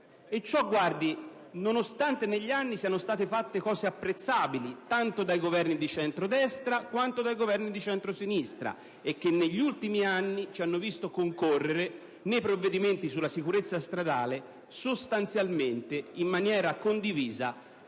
e ciò nonostante negli anni siano state fatte cose apprezzabili, tanto dai Governi di centrodestra quanto da quelli di centrosinistra, che negli ultimi anni ci hanno visto concorrere nei provvedimenti sulla sicurezza stradale sostanzialmente in maniera condivisa